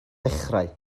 dechrau